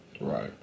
Right